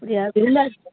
அப்படியா விருந்தா